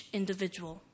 individual